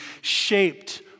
shaped